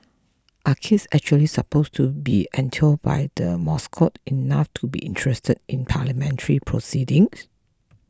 are kids actually supposed to be enthralled by the mascot enough to be interested in Parliamentary proceedings